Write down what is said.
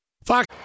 Fuck